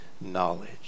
knowledge